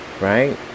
right